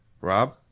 Rob